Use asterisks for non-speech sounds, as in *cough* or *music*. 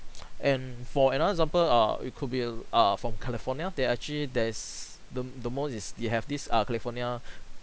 and for another example err it could be a err from california they actually there's the the most is they have this err california *breath*